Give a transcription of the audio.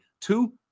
Two